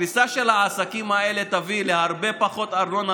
הקריסה של העסקים האלה תביא להרבה פחות ארנונה